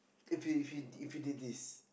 if he he if he did this